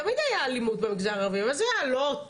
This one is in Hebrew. תמיד היה אלימות במגזר הערבי, אבל זה היה אלות,